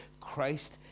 Christ